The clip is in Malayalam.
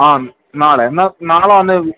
ആ നാളെ എന്നാ നാളെ വന്ന്